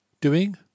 Doing